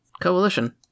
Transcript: coalition